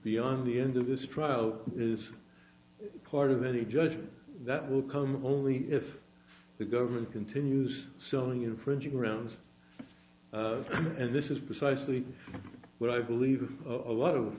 beyond the end of this trial is part of any judgment that will come only if the government continues selling infringing rounds and this is precisely what i believe a lot of